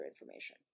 information